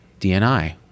DNI